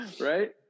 Right